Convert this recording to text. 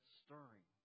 stirring